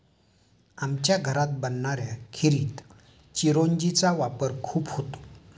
आमच्या घरात बनणाऱ्या खिरीत चिरौंजी चा वापर खूप होतो